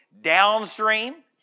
downstream